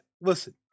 Listen